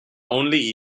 only